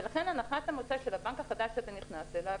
ולכן הנחת המוצא של הבנק החדש שאתה נכנס אליו,